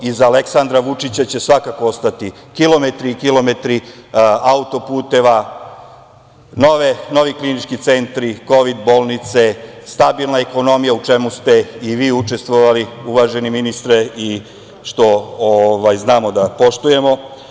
Iza Aleksandra Vučića će svakako ostati kilometri i kilometri autoputeva, novi klinički centri, kovid bolnice, stabilna ekonomija, u čemu ste i vi učestvovali, uvaženi ministre, i što znamo da poštujemo.